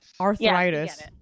Arthritis